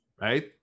right